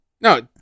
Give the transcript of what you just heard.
No